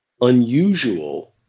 unusual